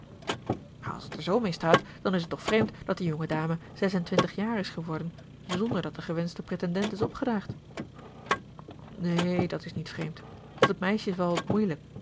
als het er zoo mee staat dan is het toch vreemd dat die jonge dame zes-en-twintig jaar is geworden zonder dat de gewenschte pretendent is opgedaagd neen dat is niet vreemd want het meisje is wel wat moeielijk